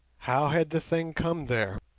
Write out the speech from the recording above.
how had the thing come there?